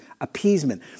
appeasement